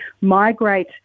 migrate